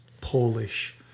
Polish